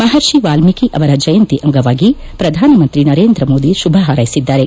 ಮಪರ್ಷಿ ವಾಲ್ಮೀಕಿ ಅವರ ಜಯಂತಿ ಅಂಗವಾಗಿ ಪ್ರಧಾನ ಮಂತ್ರಿ ನರೇಂದ ಮೋದಿ ಶುಭ ಪಾರೈಸಿದ್ದಾರೆ